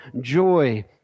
joy